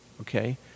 okay